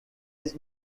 his